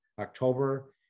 October